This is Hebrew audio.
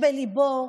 הרב דרעי, יש בליבו.